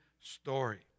story